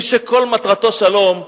מי שכל מטרתו שלום,